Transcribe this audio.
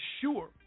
sure